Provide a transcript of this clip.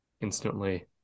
instantly